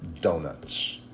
donuts